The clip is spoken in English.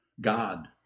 God